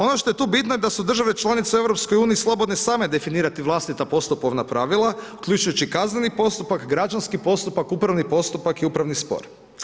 Ono što je tu bitno da su države članice u EU slobodne same definirati vlastita postupovna pravila uključujući kazneni postupak, građanski postupak, upravni postupak i upravni spor.